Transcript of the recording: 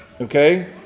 Okay